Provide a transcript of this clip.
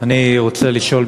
אני רוצה לשאול,